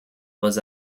was